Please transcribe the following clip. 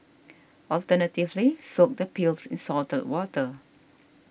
alternatively soak the peels in salted water